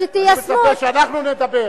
אני מצפה שאנחנו נדבר.